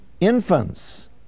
infants